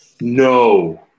No